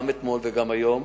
גם אתמול וגם היום.